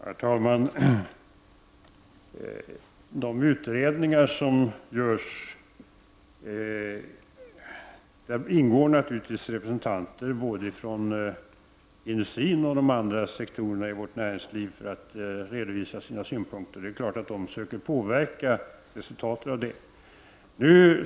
Herr talman! I de utredningar som genomförs ingår naturligtvis representanter både från industrin och från de andra sektorerna inom vårt näringliv för att de skall redovisa sina synpunkter. Det är självklart att de försöker påverka utredningarnas resultat.